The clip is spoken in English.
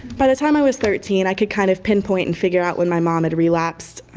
by the time i was thirteen, i could kind of pinpoint and figure out when my mom had relapsed.